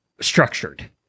structured